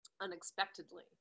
unexpectedly